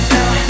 Now